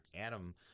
Adam